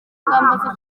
ingamba